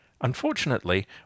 Unfortunately